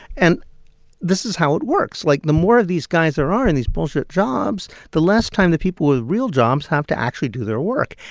and this is how it works. like, the more of these guys there are in these bull sort of jobs, the less time the people with real jobs have to actually do their work.